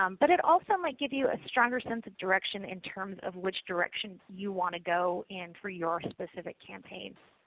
um but it also might give you a stronger sense of direction in terms of which direction you want to go and for your specific campaign.